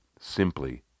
simply